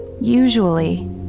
usually